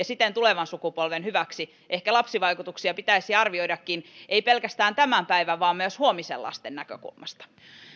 siten tulevan sukupolven hyväksi ehkä lapsivaikutuksia pitäisi arvioidakin ei pelkästään tämän päivän vaan myös huomisen lasten näkökulmasta